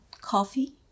coffee